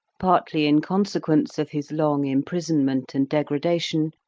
partly in consequence of his long imprisonment and degradation,